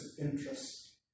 interests